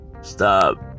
Stop